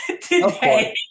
today